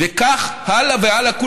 וכך הלאה והלאה.